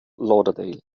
lauderdale